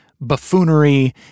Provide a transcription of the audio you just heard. buffoonery